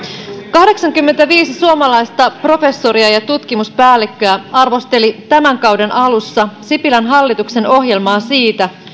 kahdeksankymmentäviisi suomalaista professoria ja tutkimuspäällikköä arvosteli tämän kauden alussa sipilän hallituksen ohjelmaa siitä